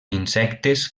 insectes